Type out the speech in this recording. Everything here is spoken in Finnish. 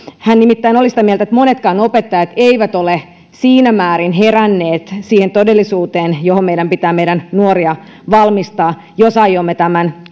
hän nimittäin oli sitä mieltä että monetkaan opettajat eivät ole siinä määrin heränneet siihen todellisuuteen johon meidän pitää meidän nuoria valmistaa jos aiomme tämän